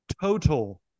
total